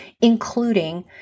including